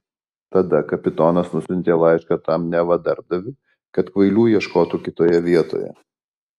tada kapitonas nusiuntė laišką tam neva darbdaviui kad kvailių ieškotų kitoje vietoje